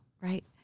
right